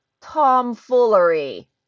tomfoolery